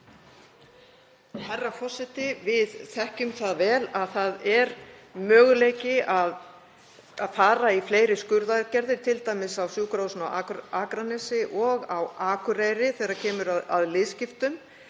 Herra forseti. Við þekkjum vel að það er möguleiki að fara í fleiri skurðaðgerðir, t.d. á sjúkrahúsinu á Akranesi og á Akureyri, þegar kemur að liðskiptum.